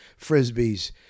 Frisbees